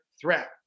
threat